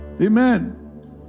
Amen